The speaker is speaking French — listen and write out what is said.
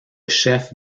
chef